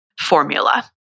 formula